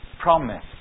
promise